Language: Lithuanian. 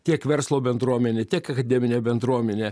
tiek verslo bendruomenė tiek akademinė bendruomenė